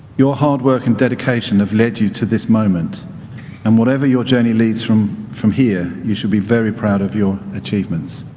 your hard work and dedication have led you to this moment and whatever your journey leads from from here you should be very proud of your achievements.